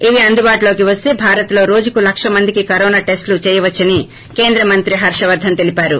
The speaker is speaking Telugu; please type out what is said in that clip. ఇవి అందుబాటులోకి వస్తే భారత్లో రోజుకు లక్ష మందికి కరోనా టెస్ట్ లు చేయవచ్చని కేంద్రమంత్రి హర్గవర్దన్ తెలిపారు